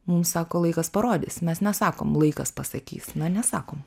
mums sako laikas parodys mes nesakom laikas pasakys na nesakom